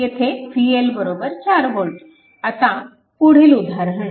येथे VL 4V आता पुढील उदाहरण